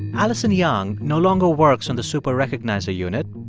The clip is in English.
alison young no longer works on the super-recognizer unit.